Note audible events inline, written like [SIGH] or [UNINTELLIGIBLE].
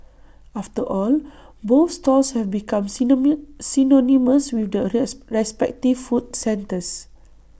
after all both stalls have become [UNINTELLIGIBLE] synonymous with the A [UNINTELLIGIBLE] respective food centres